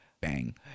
Bang